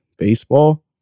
Baseball